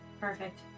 Perfect